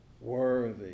worthy